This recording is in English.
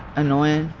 annoying.